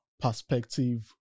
perspective